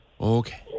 Okay